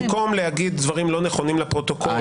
במקום להגיד דברים לא נכונים לפרוטוקול,